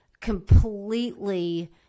completely